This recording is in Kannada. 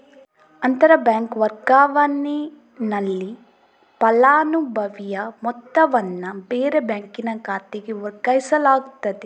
ಅಂತರ ಬ್ಯಾಂಕ್ ವರ್ಗಾವಣೆನಲ್ಲಿ ಫಲಾನುಭವಿಯ ಮೊತ್ತವನ್ನ ಬೇರೆ ಬ್ಯಾಂಕಿನ ಖಾತೆಗೆ ವರ್ಗಾಯಿಸಲಾಗ್ತದೆ